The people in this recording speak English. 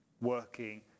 working